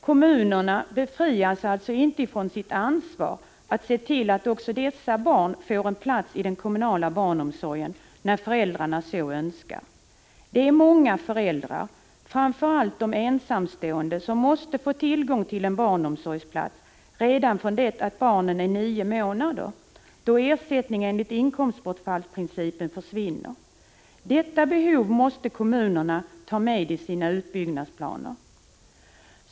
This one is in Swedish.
Kommunerna befrias alltså inte från sitt ansvar att se till att också dessa barn får en plats i den kommunala barnomsorgen när föräldrarna så önskar. Det är många föräldrar, framför allt de ensamstående, som måste få tillgång till en barnomsorgsplats redan från det att barnen är nio månader, då ersättningen enligt inkomstbortfallsprincipen försvinner. Detta behov måste kommunerna ta i beaktande i sina utbyggnadsplaner.